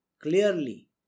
Clearly